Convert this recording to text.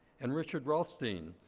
and richard rothstein,